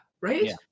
Right